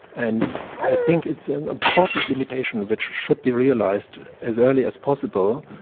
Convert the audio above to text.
and i think it's an important limitation which should be realised as early as possible,